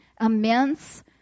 immense